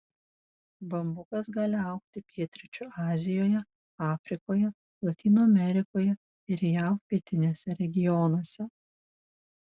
bambukas gali augti pietryčių azijoje afrikoje lotynų amerikoje ir jav pietiniuose regionuose